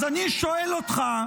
למה --- אז אני שואל אותך,